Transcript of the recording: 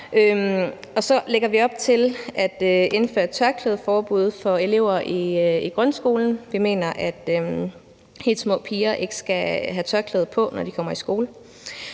Så lægger vi op til at indføre tørklædeforbud for elever i grundskolen. Vi mener, at helt små piger ikke skal kunne have tørklæde på, når de kommer i skole.